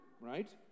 right